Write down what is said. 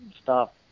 stop